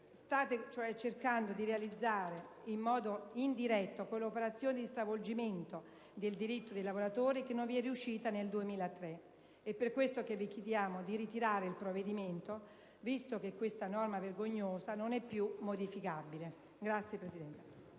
cioè, cercando di realizzare in modo indiretto quell'operazione di stravolgimento del diritto dei lavoratori che non vi era riuscita nel 2002. Proprio per questo vi chiediamo di ritirare il provvedimento visto che questa norma vergognosa non è più modificabile. *(Applausi